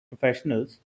professionals